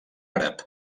àrab